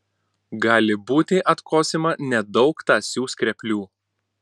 gali būti atkosima nedaug tąsių skreplių